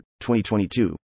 2022